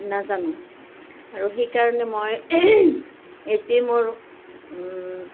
নাজানো আৰু সেইকাৰণে মই ইয়াতে মোৰ